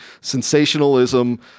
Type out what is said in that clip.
sensationalism